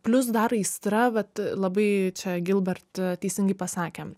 plius dar aistra vat labai čia gilbert teisingai pasakė